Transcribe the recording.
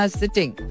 sitting